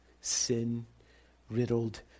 sin-riddled